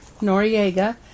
Noriega